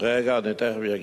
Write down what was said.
רגע, אני תיכף אגיע.